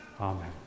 Amen